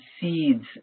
seeds